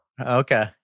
Okay